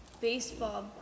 baseball